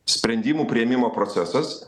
sprendimų priėmimo procesas